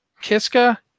Kiska